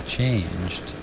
changed